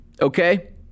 Okay